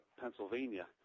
Pennsylvania